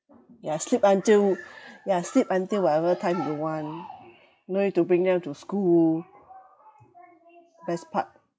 ya sleep until ya sleep until whatever time you want no need to bring them to school best part